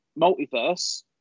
multiverse